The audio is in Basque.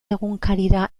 egunkarira